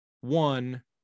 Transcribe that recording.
one